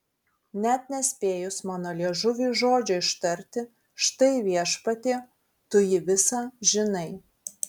net nespėjus mano liežuviui žodžio ištarti štai viešpatie tu jį visą žinai